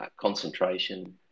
concentration